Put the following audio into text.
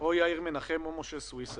יום מפוקחים - 700 של יזמים פרטיים,